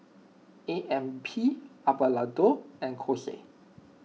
A M P Hada Labo and Kose